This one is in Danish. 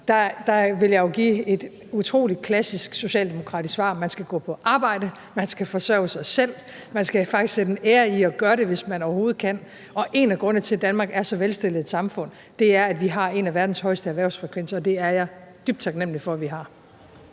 ville jeg jo give et utrolig klassisk socialdemokratisk svar: Man skal gå på arbejde, man skal forsørge sig selv, man skal faktisk sætte en ære i at gøre det, hvis man overhovedet kan. En af grundene til, at Danmark er så velstillet et samfund, er, at vi har en af verdens højeste erhvervsfrekvenser, og det er jeg dybt taknemlig for at vi har.